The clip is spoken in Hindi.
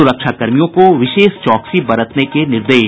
सुरक्षाकर्मियों को विशेष चौकसी बरतने को निर्देश